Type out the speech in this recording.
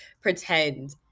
pretend